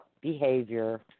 behavior